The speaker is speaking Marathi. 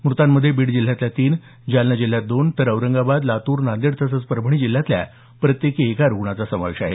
म्रतांमध्ये बीड जिल्ह्यातल्या तीन जालना जिल्ह्यात दोन तर औरंगाबाद लातूर नांदेड तसंच परभणी जिल्ह्यातल्या प्रत्येकी एका रुग्णाचा समावेश आहे